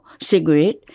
cigarette